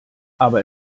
aber